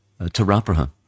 Tarapraha